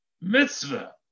mitzvah